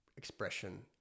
expression